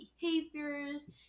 behaviors